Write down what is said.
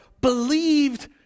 believed